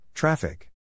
Traffic